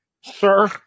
Sir